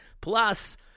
Plus